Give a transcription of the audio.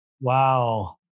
wow